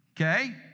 Okay